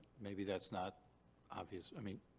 maybe that's not obvious. i mean,